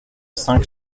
cinq